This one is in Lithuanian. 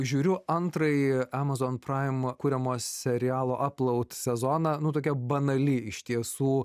žiūriu antrąjį emazon praim kuriamo serialo aplaut sezoną nu tokia banali iš tiesų